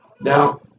Now